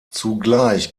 zugleich